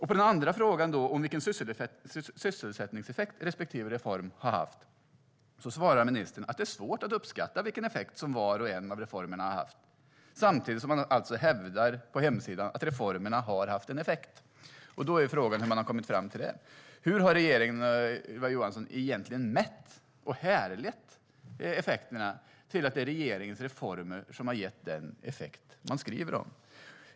På den andra frågan, om vilken sysselsättningseffekt respektive reform har haft, svarar ministern att det är svårt att uppskatta vilken effekt var och en av reformerna har haft - samtidigt som man alltså på hemsidan hävdar att reformerna har haft en effekt. Då är frågan hur man har kommit fram till detta. Hur har regeringen och Ylva Johansson egentligen mätt effekterna och härlett dem till att det är regeringens reformer som gett den effekt som de skriver om?